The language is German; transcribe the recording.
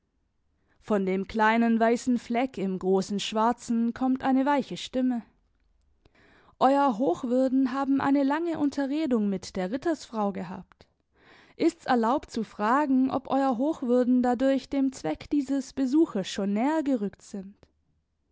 von dem kleinen weißen fleck im großen schwarzen kommt eine weiche stimme euer hochwürden haben eine lange unterredung mit der rittersfrau gehabt ist's erlaubt zu fragen ob euer hochwürden dadurch dem zweck dieses besuches schon näher gerückt sind